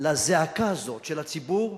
לזעקה הזאת של הציבור.